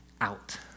out